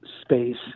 space